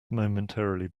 momentarily